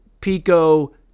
pico